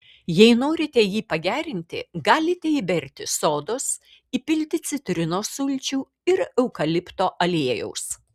jei norite jį pagerinti galite įberti sodos įpilti citrinos sulčių ir eukalipto aliejaus